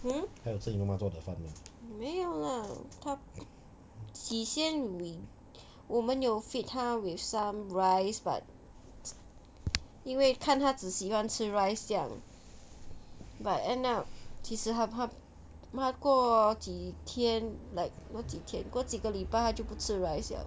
hmm 没有 lah 它起先 we 我们有 feed 它 with some rice but 因为看他只喜欢吃 rice 这样 but end up 其实它它过几天 like 过几天过几个礼拜就不吃 rice 了